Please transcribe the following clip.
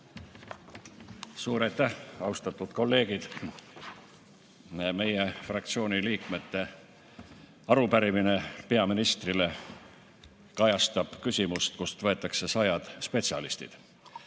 Suur aitäh! Austatud kolleegid! Meie fraktsiooni liikmete arupärimine peaministrile kajastab küsimust, kust võetakse sajad spetsialistid.